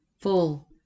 full